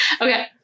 Okay